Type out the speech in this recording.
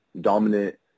dominant